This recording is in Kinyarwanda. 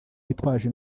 witwaje